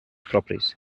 propis